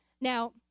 Now